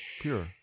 pure